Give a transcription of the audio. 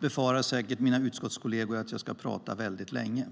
befarar säkert mina utskottskolleger att jag ska prata väldigt länge.